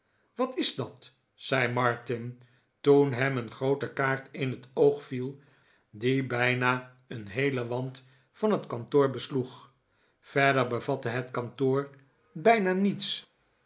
wat is dat zei martin toen hem een groote kaart in het oog viel die bijna een heelen wand van het kantoor besloeg verder bevatte het kantoor bijna niets